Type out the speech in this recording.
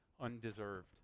undeserved